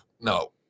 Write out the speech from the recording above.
no